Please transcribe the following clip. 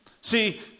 See